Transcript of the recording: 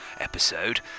episode